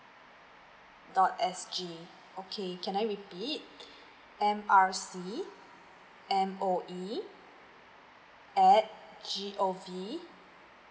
dot S G okay can I repeat M R C M O E at G O V